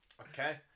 okay